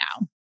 now